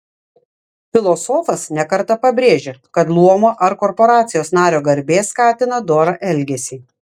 filosofas ne kartą pabrėžia kad luomo ar korporacijos nario garbė skatina dorą elgesį